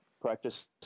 practice